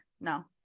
No